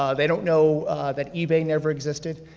ah they don't know that ebay never existed.